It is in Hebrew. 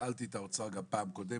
שאלתי את האוצר גם פעם קודמת